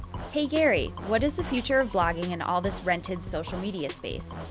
hey gary, what is the future of blogging in all this rented social media space?